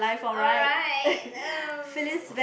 alright um